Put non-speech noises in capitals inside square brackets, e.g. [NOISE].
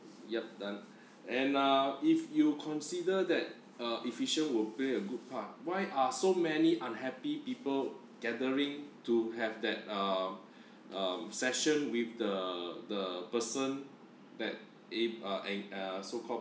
yup done and uh if you consider that uh efficient will pay a good part why are so many unhappy people gathering to have that uh um session with the the person that [NOISE] uh and uh so-called